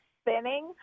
spinning